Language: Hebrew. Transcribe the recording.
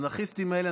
האנרכיסטים האלה,